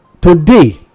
today